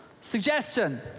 suggestion